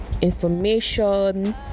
information